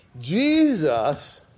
Jesus